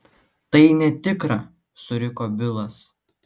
tai netikra suriko bilas